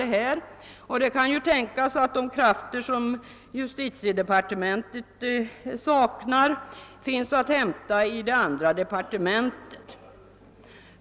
Det kan ju tänkas att de krafter som justitiedepartementet saknar finns att hämta i det andra departementet.